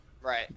right